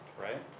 right